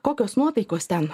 kokios nuotaikos ten